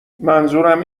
منظورم